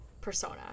persona